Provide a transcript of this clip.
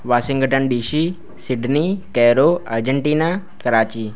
Washington D C Sydney Cairo Argentina Karachi